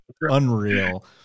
unreal